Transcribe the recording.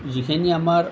যিখিনি আমাৰ